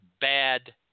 bad